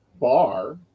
bar